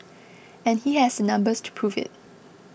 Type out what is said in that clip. and he has the numbers to prove it